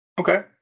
Okay